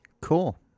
Cool